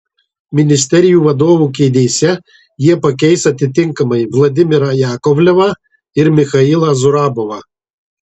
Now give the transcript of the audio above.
ministerijų vadovų kėdėse jie pakeis atitinkamai vladimirą jakovlevą ir michailą zurabovą